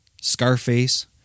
Scarface